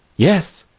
yes,